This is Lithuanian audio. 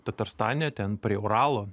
tatarstane ten prie uralo